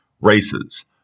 races